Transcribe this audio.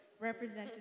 represented